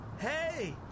Hey